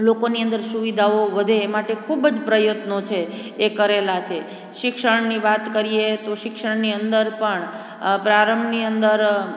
લોકોની અંદર સુવિધાઓ વધે એ માટે ખૂબ જ પ્રયત્નો છે એ કરેલા છે શિક્ષણની વાત કરીએ તો શિક્ષણની અંદર પણ પ્રારંભની અંદર